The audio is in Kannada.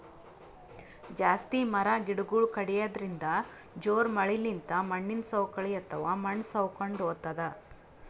ಜಾಸ್ತಿ ಮರ ಗಿಡಗೊಳ್ ಕಡ್ಯದ್ರಿನ್ದ, ಜೋರ್ ಮಳಿಲಿಂತ್ ಮಣ್ಣಿನ್ ಸವಕಳಿ ಅಥವಾ ಮಣ್ಣ್ ಸವಕೊಂಡ್ ಹೊತದ್